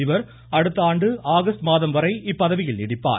இவர் அடுத்த ஆண்டு ஆகஸ்ட் மாதம் வரை இப்பதவியில் நீடிப்பார்